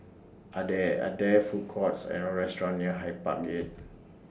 Are There Are There Food Courts and restaurants near Hyde Park Gate